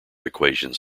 equations